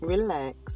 Relax